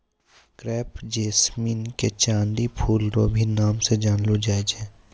crepe jasmine के चांदनी फूल रो भी नाम से जानलो जाय छै